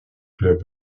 club